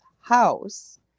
house